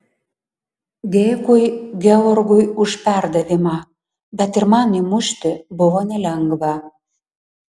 dėkui georgui už perdavimą bet ir man įmušti buvo nelengva